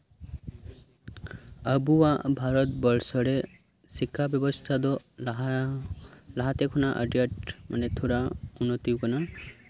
ᱟᱵᱚᱣᱟᱜ ᱵᱷᱟᱨᱚᱛᱵᱚᱨᱥᱚᱨᱮ ᱥᱤᱠᱠᱷᱟ ᱵᱮᱵᱚᱥᱛᱷᱟ ᱫᱚ ᱞᱟᱦᱟᱛᱮ ᱠᱷᱚᱱᱟᱜ ᱟᱹᱰᱤ ᱟᱸᱴ ᱛᱷᱚᱲᱟ ᱩᱱᱱᱚᱛᱤ ᱟᱠᱟᱱᱟ